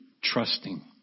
trusting